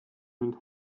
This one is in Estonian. mind